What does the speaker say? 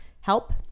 Help